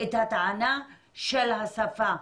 את הטענה של השפה.